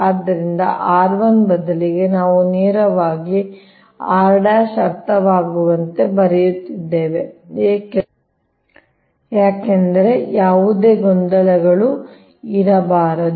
ಆದ್ದರಿಂದ r 1 ಬದಲಿಗೆ ನಾವು ನೇರವಾಗಿ r ಅರ್ಥವಾಗುವಂತೆ ಬರೆಯುತ್ತಿದ್ದೇವೆ ಏಕೆಂದರೆ ಯಾವುದೇ ಗೊಂದಲ ಇರಬಾರದು